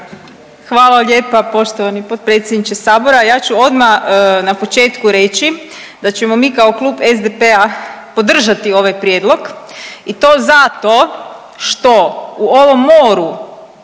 Hvala lijepa poštovani potpredsjedniče sabora. Ja ću odma na početku reći da ćemo mi kao Klub SDP-a podržati ovaj prijedlog i to zato što u ovom moru